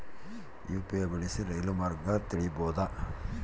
UPI ಬಳಸಿ ರೈಲು ಮಾರ್ಗ ತಿಳೇಬೋದ?